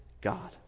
God